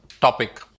topic